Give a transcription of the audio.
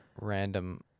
random